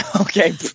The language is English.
Okay